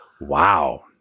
Wow